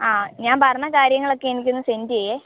ആ ഞാൻ പറഞ്ഞ കാര്യങ്ങളൊക്കെ എനിക്കൊന്ന് സെൻറ്റ് ചെയ്യ്